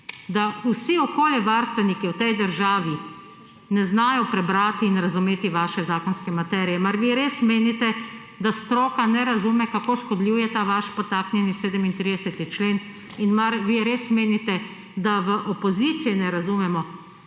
da vsi okoljevarstveniki v tej državi ne znajo prebrati in razumeti vaše zakonske materije? Mar vi res menite, da stroka ne razume, kako škodljiv je ta vaš podtaknjeni 37. člen? In mar vi res menite, da v opoziciji ne razumemo,